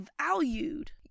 valued